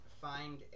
find